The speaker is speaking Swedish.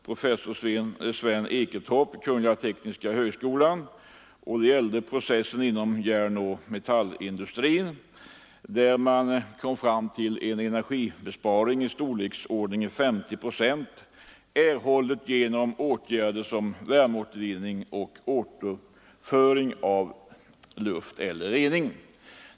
Professor Sven Eketorp vid Tekniska högskolan i Stockholm har inför RIFO presenterat ett förslag till energibesparing i storleksordningen 50 procent, som erhålles genom åtgärder som värmeåtervinning och återföring av luft efter rening.